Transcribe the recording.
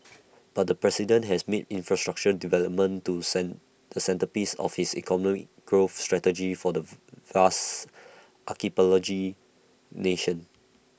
but the president has made infrastructure development to the centrepiece of his economic growth strategy for the vast archipelago nation